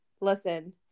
listen